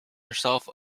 herself